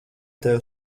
tev